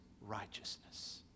righteousness